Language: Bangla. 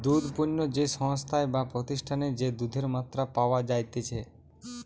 দুধ পণ্য যে সংস্থায় বা প্রতিষ্ঠানে যে দুধের মাত্রা পাওয়া যাইতেছে